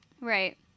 Right